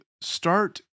start